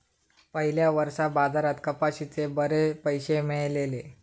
पयल्या वर्सा बाजारात कपाशीचे बरे पैशे मेळलले